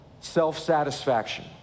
self-satisfaction